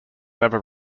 never